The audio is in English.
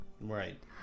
Right